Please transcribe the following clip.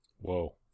Whoa